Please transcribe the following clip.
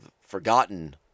forgotten